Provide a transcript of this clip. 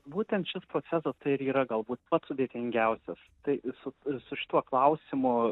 būtent šis procesas tai ir yra galbūt pats sudėtingiausias tai su su šituo klausimu